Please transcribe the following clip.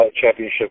championship